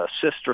sister